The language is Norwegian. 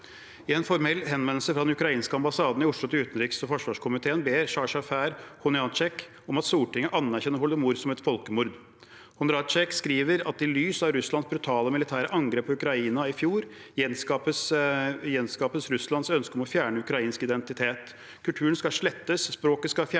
I en formell henvendelse fra den ukrainske ambassaden i Oslo til utenriks- og forsvarskomiteen ber chargé d’affaires Hontsjarevytsj om at Stortinget anerkjenner holodomor som et folkemord. Hontsjarevytsj skriver at i lys av Russlands brutale militære angrep på Ukraina i fjor gjenskapes Russlands ønske om å fjerne ukrainsk identitet. Kulturen skal slettes, språket skal fjernes,